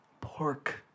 pork